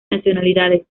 nacionalidades